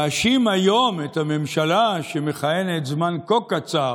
להאשים היום את הממשלה שמכהנת זמן כה קצר